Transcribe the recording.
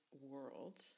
world